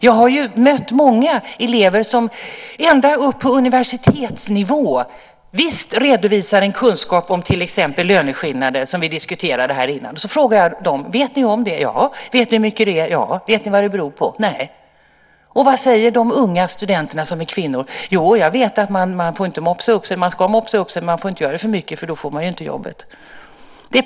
Jag har mött många elever som ända upp på universitetsnivå visst redovisar en kunskap om till exempel löneskillnader, som vi diskuterade här innan. Så frågar jag dem: Vet ni om det? Ja. Vet ni hur mycket det är? Ja. Vet ni vad det beror på? Nej. Vad säger de unga studenter som är kvinnor? Jo, jag vet att man inte får mopsa sig. Man ska mopsa sig, men man får inte göra för mycket för då får man inte jobbet.